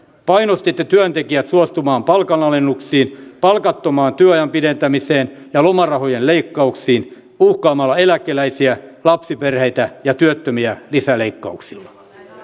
painostitte työntekijät suostumaan palkanalennuksiin palkattomaan työajan pidentämiseen ja lomarahojen leikkauksiin uhkaamalla eläkeläisiä lapsiperheitä ja työttömiä lisäleikkauksilla